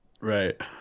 right